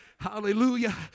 Hallelujah